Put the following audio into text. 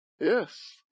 Yes